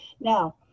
now